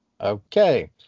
okay